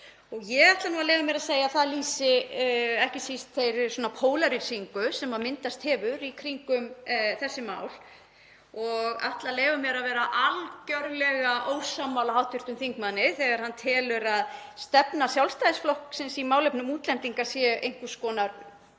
Ég ætla að leyfa mér að segja að það lýsi ekki síst þeirri pólaríseringu sem myndast hefur í kringum þessi mál. Ég ætla að leyfa mér að vera algerlega ósammála hv. þingmanni þegar hann telur að stefna Sjálfstæðisflokksins í málefnum útlendinga sé eingöngu einhvers konar